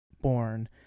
born